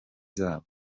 zabo